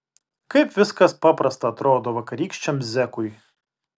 kaip viskas paprasta atrodo vakarykščiam zekui